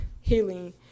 healing